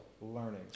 learning